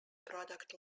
product